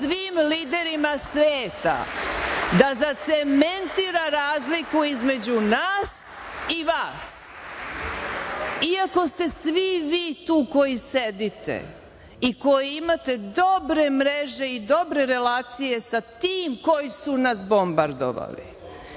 svim liderima sveta, da zacementira razliku između nas i vas, iako ste svi vi tu koji sedite i koji imate dobre mreže i dobre relacije sa tim koji su nas bombardovali,